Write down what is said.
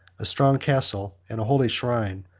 a strong castle and a holy shrine,